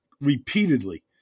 repeatedly